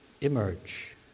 emerge